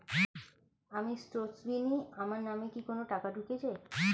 আমি স্রোতস্বিনী, আমার নামে কি কোনো টাকা ঢুকেছে?